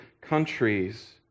countries